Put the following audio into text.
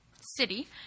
city